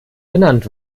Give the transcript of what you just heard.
benannt